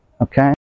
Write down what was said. Okay